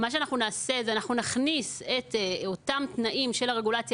אנחנו נכניס את אותם התנאים של הרגולציה